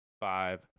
five